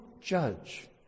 judge